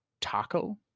taco